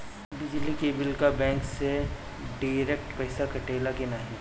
बिजली के बिल का बैंक से डिरेक्ट पइसा कटेला की नाहीं?